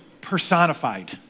personified